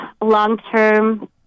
long-term